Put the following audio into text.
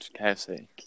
KFC